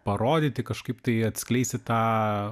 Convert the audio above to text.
parodyti kažkaip tai atskleisti tą